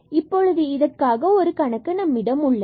தற்பொழுது இதற்காக ஒரு கணக்கு நம்மிடம் உள்ளது